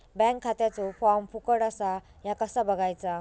Bank खात्याचो form फुकट असा ह्या कसा बगायचा?